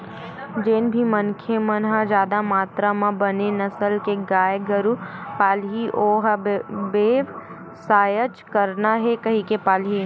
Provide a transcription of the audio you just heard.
जेन भी मनखे मन ह जादा मातरा म बने नसल के गाय गरु पालही ओ ह बेवसायच करना हे कहिके पालही